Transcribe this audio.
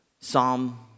Psalm